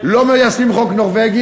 לא מיישמים את החוק הנורבגי,